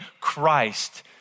Christ